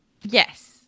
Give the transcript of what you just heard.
Yes